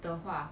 的话